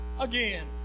again